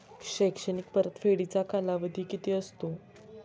शैक्षणिक परतफेडीचा कालावधी किती असतो?